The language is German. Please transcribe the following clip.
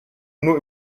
nur